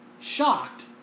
shocked